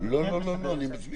לא יודע מה הוא הוא עושה,